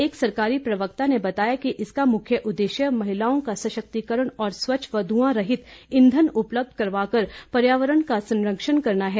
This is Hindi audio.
एक सरकारी प्रवक्ता ने बताया कि इसका मुख्य उद्देश्य महिलाओं का सशक्तिकरण और स्वच्छ व घुंआ रहित ईंधन उपलब्य करवा कर पर्यावरण का सरंक्षण करना है